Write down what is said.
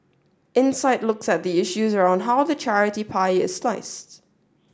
insight looks at the issues around how the charity pie is sliced